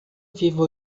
vivo